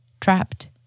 trapped